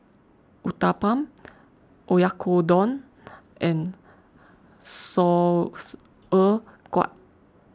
Uthapam Oyakodon and Sauerkraut